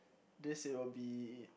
this it will be